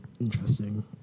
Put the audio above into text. interesting